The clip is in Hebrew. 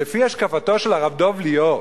לפי השקפתו של הרב דב ליאור,